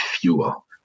fuel